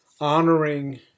honoring